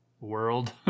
world